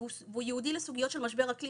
והוא ייעודי לסוגיות של משבר אקלים